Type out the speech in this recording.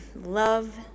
love